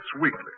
Weekly